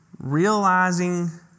realizing